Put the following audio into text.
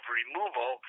removal